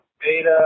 beta